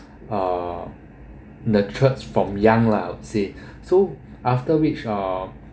uh nurtured from young lah you see so after which our